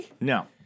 No